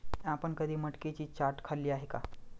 आपण कधी मटकीची चाट खाल्ली आहे का?